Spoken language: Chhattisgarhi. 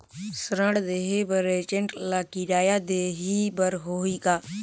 ऋण देहे बर एजेंट ला किराया देही बर होही का?